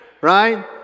right